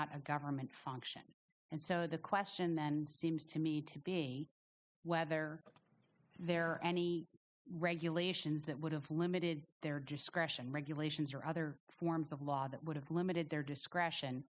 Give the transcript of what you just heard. out a government function and so the question then seems to me to be whether there are any regulations that would have limited their discretion regulations or other forms of law that would have limited their discretion